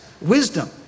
wisdom